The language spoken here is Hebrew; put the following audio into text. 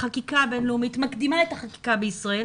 החקיקה הבין-לאומית מקדימה את החקיקה בישראל.